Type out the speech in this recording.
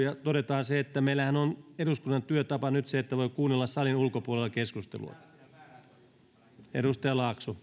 ja todetaan se että meillähän on eduskunnan työtapa nyt se että voi kuunnella salin ulkopuolella keskustelua